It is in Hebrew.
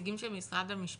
שלא משנה כמה שנים